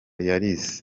yarize